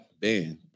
Band